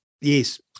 Yes